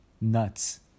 nuts